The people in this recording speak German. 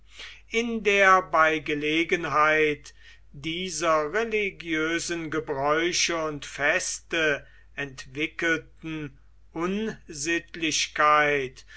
in der bei gelegenheit dieser religiösen gebräuche und feste entwickelten unsittlichkeit